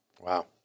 Wow